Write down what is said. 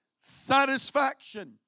satisfaction